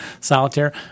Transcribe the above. Solitaire